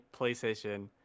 playstation